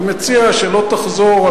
אני מציע שלא תחזור,